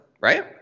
right